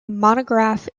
monograph